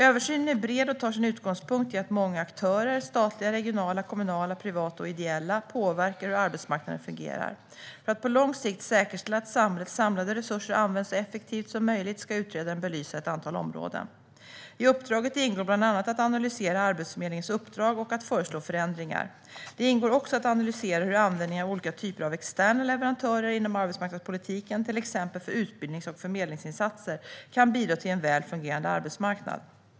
Översynen är bred och tar sin utgångspunkt i att många aktörer - statliga, regionala, kommunala, privata och ideella - påverkar hur arbetsmarknaden fungerar. För att på lång sikt säkerställa att samhällets samlade resurser används så effektivt som möjligt ska utredaren belysa ett antal områden. I uppdraget ingår bland annat att analysera Arbetsförmedlingens uppdrag och att föreslå förändringar. Det ingår också att analysera hur användningen av olika typer av externa leverantörer inom arbetsmarknadspolitiken, till exempel för utbildnings och förmedlingsinsatser, kan bidra till en väl fungerande arbetsmarknad.